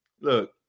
look